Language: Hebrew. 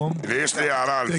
יש לי הערה על זה.